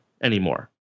anymore